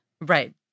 Right